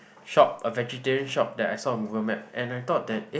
shop a vegetarian shop that I saw on Google Map and I thought that eh